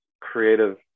creative